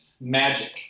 magic